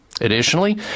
Additionally